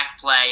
play